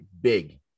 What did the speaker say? big